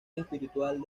espiritual